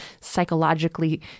psychologically